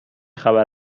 خبر